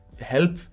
help